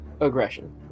Aggression